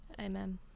amen